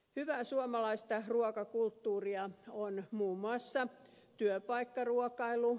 hyvää suomalaista ruokakulttuuria on muun muassa työpaikkaruokailu